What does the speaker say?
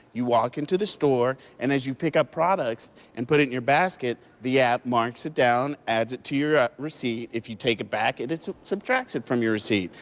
you walk into the store and as you pick up product and put it in your basket, the app marks it down, adds it to your receipt. if you take it back it subtracts it from your receipt.